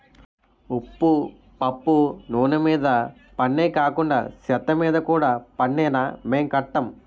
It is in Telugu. ఉప్పు పప్పు నూన మీద పన్నే కాకండా సెత్తమీద కూడా పన్నేనా మేం కట్టం